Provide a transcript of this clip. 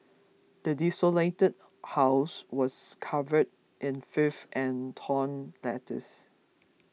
the desolated house was covered in filth and torn letters